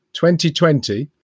2020